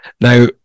Now